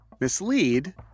Mislead